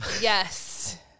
Yes